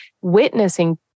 witnessing